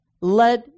let